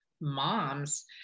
moms